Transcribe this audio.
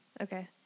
Okay